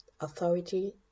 authority